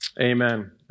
Amen